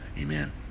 Amen